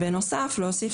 בנוסף אנחנו מציעים להוסיף